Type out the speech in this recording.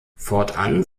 fortan